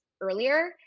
earlier